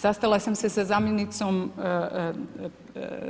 Sastala sam se s zamjenicom